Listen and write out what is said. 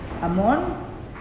Amon